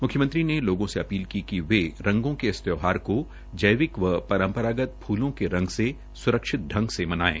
मुख्यमंत्री ने लोगों से अपील की है कि वे रंगों के इस त्यौहार को जैविक व परम्परागत फूलों के रंग से सुरक्षित ढंग से मनायें